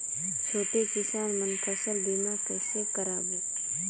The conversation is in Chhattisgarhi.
छोटे किसान मन फसल बीमा कइसे कराबो?